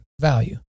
value